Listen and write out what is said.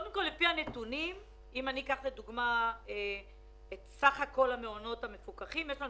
אם אני אקח את סך כל המעונות המפוקחים, אז יש 700,